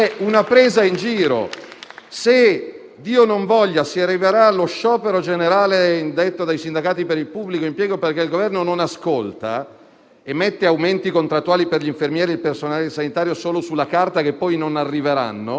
è una presa in giro per chi sta combattendo oggi negli ospedali contro il virus e per tutto il popolo del lavoro autonomo e del lavoro dipendente privato,